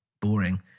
boring